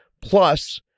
plus